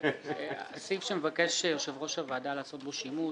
הסעיף שמבקש יושב-ראש הוועדה לעשות בו שימוש,